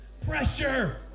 Pressure